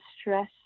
stress